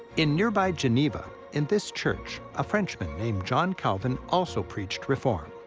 in nearby geneva, in this church, a frenchman named john calvin also preached reform.